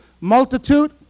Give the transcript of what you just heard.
multitude